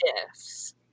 shifts